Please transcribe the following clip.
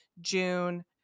June